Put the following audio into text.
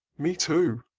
me too.